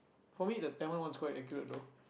for me the Tamil one is quite accurate though